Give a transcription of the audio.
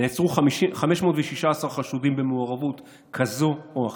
נעצרו 516 חשודים במעורבות כזאת או אחרת.